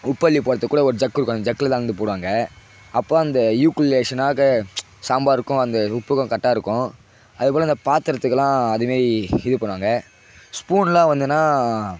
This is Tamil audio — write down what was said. உப்புள்ளி போடுறத்துக்கூட ஒரு ஜக்கு இருக்கும் அந்த ஜகில் தான் அளந்து போடுவாங்க அப்போ அந்த யூகுலேஷன்னாக சாம்பாருக்கும் அந்த உப்புக்கும் கரெக்டாக இருக்கும் அதுபோல் அந்த பாத்திரத்துக்குலாம் அது மாரி இது பண்ணுவாங்க ஸ்பூன்லாம் வந்ததுனா